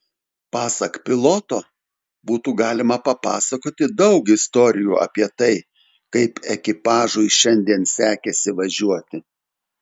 pasak piloto būtų galima papasakoti daug istorijų apie tai kaip ekipažui šiandien sekėsi važiuoti